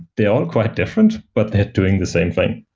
they're all quite different, but they're doing the same thing.